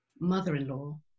mother-in-law